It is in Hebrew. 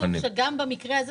נורא עצוב שגם במקרה הזה,